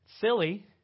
Silly